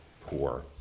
poor